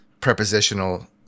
prepositional